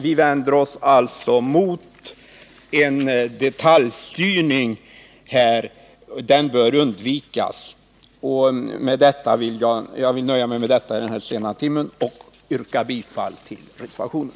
Vi vänder oss alltså mot en detaljstyrning här. En sådan bör undvikas. Herr talman! Jag vill nöja mig med detta i denna sena timme, och jag yrkar bifall till reservationen.